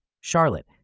Charlotte